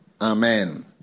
Amen